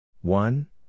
one